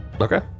Okay